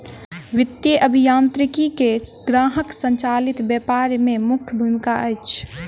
वित्तीय अभियांत्रिकी के ग्राहक संचालित व्यापार में मुख्य भूमिका अछि